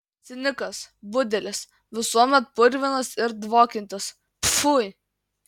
cinikas budelis visuomet purvinas ir dvokiantis pfui